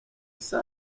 sir